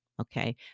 Okay